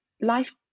Life